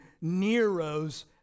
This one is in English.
Nero's